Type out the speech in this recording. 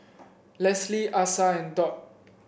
Leslie Asa and Dot